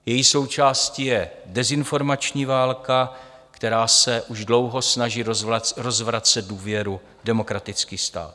Její součástí je dezinformační válka, která se už dlouho snaží rozvracet důvěru v demokratický stát.